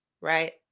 right